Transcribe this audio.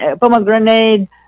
pomegranate